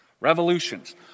revolutions